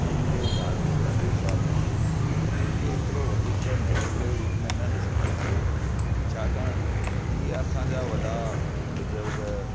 जेके धार्मिक अंधविश्वासु आहिनि इन्हनि खे एतिरो वधीक त नेगीटिव रूप में न ॾिसणु खपे छाकाणि इहे असांजा वॾा बुजुर्ग